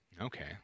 Okay